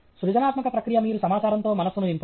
సృజనాత్మక ప్రక్రియ మీరు సమాచారంతో మనస్సును నింపడం